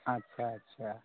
अच्छा अच्छा